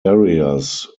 areas